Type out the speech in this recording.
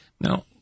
Now